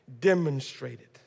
Demonstrated